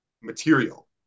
material